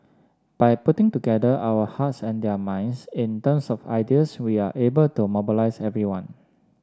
by putting together our hearts and their minds in terms of ideas we are able to mobilize everyone